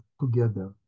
together